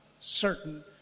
certain